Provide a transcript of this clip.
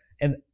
and-